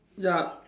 ya